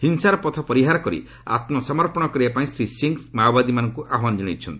ହିଂସାର ପଥ ପରିହାର କରି ଆମ୍ସମର୍ପଣ କରିବା ପାଇଁ ଶ୍ରୀ ସିଂ ମାଓବାଦୀ ମାନଙ୍କୁ ଆହ୍ୱାନ ଜଣାଇଛନ୍ତି